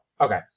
Okay